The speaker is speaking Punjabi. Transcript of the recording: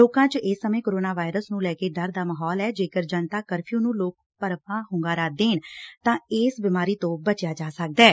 ਲੋਕਾਂ ਚ ਇਸ ਸਮੇ ਕੋਰੋਨਾ ਵਾਇਰਸ ਨੂੰ ਲੈ ਕੇ ਡਰ ਦਾ ਮਾਹੋਲ ਐ ਜੇਕਰ ਜਨਤਾ ਕਰਫਿਉ ਨੂੰ ਲੋਕ ਭਰਵਾਂ ਹੁੰਗਾਰਾ ਦੇਣ ਤਾ ਇਸ ਬਿਮਾਰੀ ਤੋਂ ਬਚਿਆ ਜਾ ਸਕਦੈ